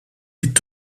est